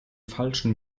falschen